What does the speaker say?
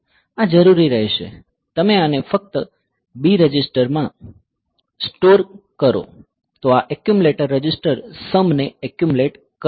આ જરૂરી રહેશે તમે આને ફક્ત B રજિસ્ટરમાં સ્ટોર કરો તો આ એક્યુમલેટર રજિસ્ટર સમ ને એક્યુમલેટ કરશે